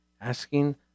asking